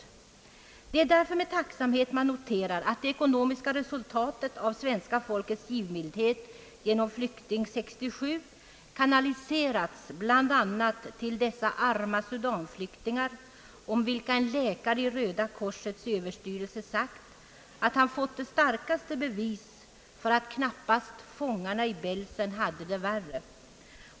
Man noterar därför med tacksamhet att det ekonomiska resultatet av svenska folkets givmildhet genom Flykting 67 har kanaliserats till bl.a. dessa arma sudanflyktingar, om vilka en läkare i Röda korsets överstyrelse har sagt att han har fått det starkaste bevis för att knappast ens fångarna i Belsen hade det värre.